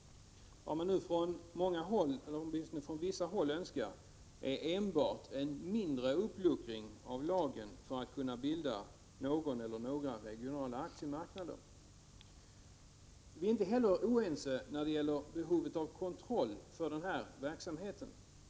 Vad man nu från många eller åtminstone vissa håll önskar är enbart en mindre uppluckring av lagen för att kunna bilda någon eller några regionala aktiemarknader. Vi är inte heller oense när det gäller behovet av kontroll för den här verksamheten.